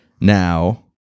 now